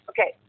Okay